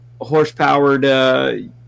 horsepowered